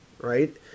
right